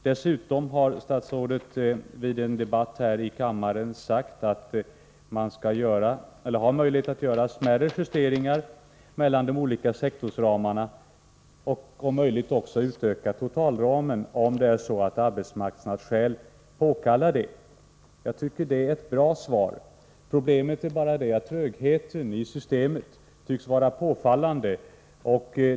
Dessutom har statsrådet i en debatt här i kammaren sagt att man har möjlighet att göra smärre justeringar mellan de olika sektorsramarna och också utöka totalramen, om arbetsmarknadsskäl påkallar det. Jag tycker det är ett bra svar. Problemet är bara det att trögheten i systemet tycks vara påfallande.